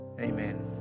Amen